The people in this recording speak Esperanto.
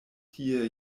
tie